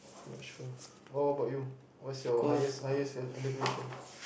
so not sure what about you what's your highest highest edu~ education